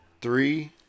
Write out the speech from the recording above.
Three